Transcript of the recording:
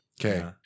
Okay